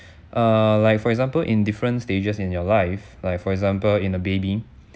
uh like for example in different stages in your life like for example in the baby